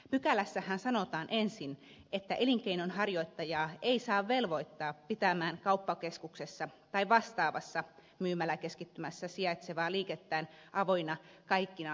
pykälässähän sanotaan ensin että elinkeinonharjoittajaa ei saa velvoittaa pitämään kauppakeskuksessa tai vastaavassa myymäläkeskittymässä sijaitsevaa liikettään avoinna kaikkina viikonpäivinä